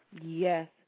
Yes